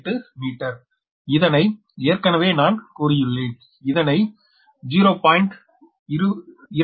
168 metre இதனை ஏற்கனவே நான் கூறியுள்ளேன் இந்த 0